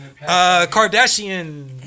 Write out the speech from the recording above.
Kardashian